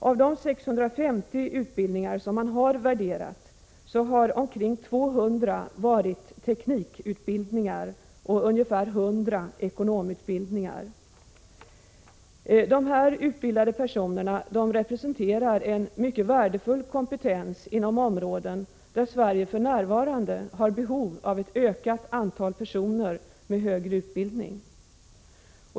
Av de 650 utbildningar som man har värderat har omkring 200 varit teknikutbildningar och ungefär 100 ekonomutbildningar. De här utbildade personerna representerar en mycket värdefull kompetens inom områden där Sverige för närvarande har behov av ett ökat antal personer med högre utbildning.